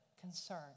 concern